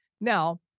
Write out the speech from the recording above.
now